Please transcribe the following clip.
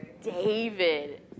David